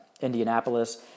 Indianapolis